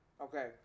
Okay